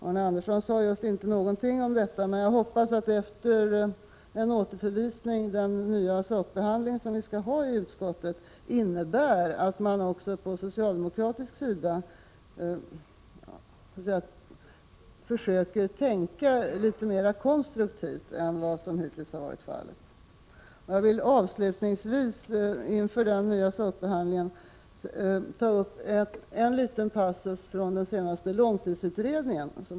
Arne Andersson sade just inte någonting om detta, men jag hoppas att den nya sakbehandling som vi skall ha i utskottet efter en återförvisning innebär att man också från socialdemokratisk sida försöker tänka litet mer konstruktivt än vad som hittills har varit fallet. Jag vill avslutningsvis, inför den nya sakbehandlingen, ta upp en liten passus från den senaste långtidsutredningen.